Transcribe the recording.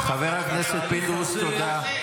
חבר הכנסת פינדרוס, תודה.